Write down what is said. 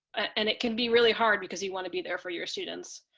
and it can be really hard because you want to be there for your students.